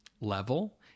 level